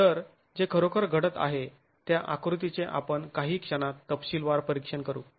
तर जे खरोखर घडत आहे त्या आकृतीचे आपण काही क्षणांत तपशीलवार परीक्षण करू